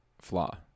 flaw